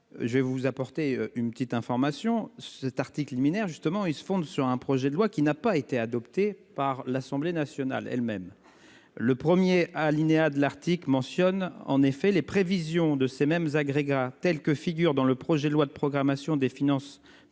je vais vous apporter une petite information cet article liminaire justement il se fonde sur un projet de loi qui n'a pas été adopté par l'Assemblée nationale elles-mêmes. Le 1er alinéa de l'Arctique mentionne en effet les prévisions de ces mêmes agrégat tels que figure dans le projet de loi de programmation des finances publiques